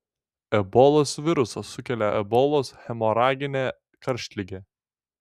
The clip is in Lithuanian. ebolos virusas sukelia ebolos hemoraginę karštligę